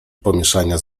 pomieszania